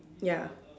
ya